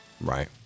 Right